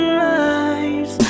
lies